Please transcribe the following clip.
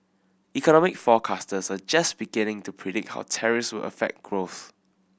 economic forecasters are just beginning to predict how tariffs would affect growth